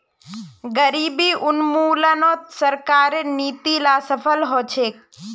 गरीबी उन्मूलनत सरकारेर नीती ला सफल ह छेक